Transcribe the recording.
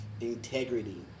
Integrity